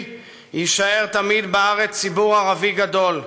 יישאר תמיד בארץ ציבור ערבי גדול.